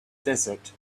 desert